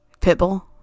pitbull